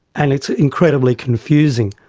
and it's incredibly confusing.